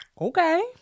Okay